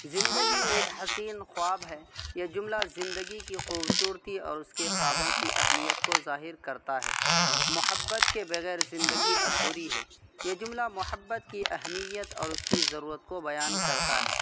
زندگی ایک حسین خواب ہے یہ جملہ زندگی کی خوبصورتی اور اس کے خوابوں کی اہمیت کو ظاہر کرتا ہے محبت کے بغیر زندگی ادھوری ہے یہ جملہ محبت کی اہمیت اور اس کی ضرورت کو بیان کرتا ہے